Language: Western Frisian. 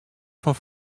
fan